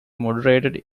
moderated